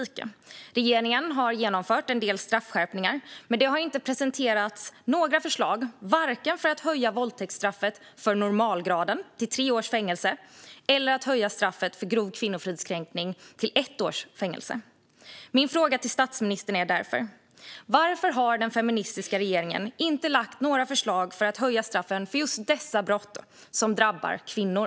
Regeringen har genomfört en del straffskärpningar, men det har inte presenterats några förslag för att höja straffet för våldtäkt av normalgraden till tre års fängelse eller för att höja straffet för grov kvinnofridskränkning till ett års fängelse. Varför har den feministiska regeringen, statsministern, inte lagt fram några förslag för att höja straffen för just dessa brott som drabbar kvinnor?